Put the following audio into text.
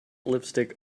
lipstick